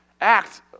act